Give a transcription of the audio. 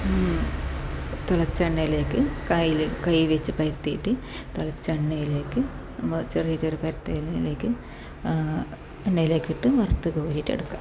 തിളച്ച എണ്ണയിലേക്ക് കയ്യിൽ കൈവച്ച് പരത്തിയിട്ട് തിളച്ച എണ്ണയിലേക്ക് ചെറിയ ചെറിയ പരത്തിയത് എണ്ണയിലേക്ക് എണ്ണയിലേക്ക് ഇട്ട് വറുത്ത് കോരിട്ട് എടുക്കുക